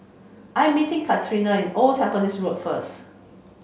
I'm meeting Karina is Old Tampines Road first